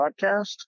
podcast